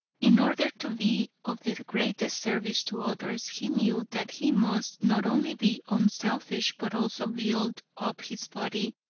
in order to be of the greatest service to others, he knew that he must not only be unselfish, but also build up his body,